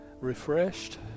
refreshed